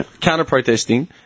counter-protesting